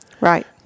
Right